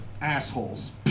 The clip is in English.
assholes